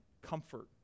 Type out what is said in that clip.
comfort